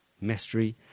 mystery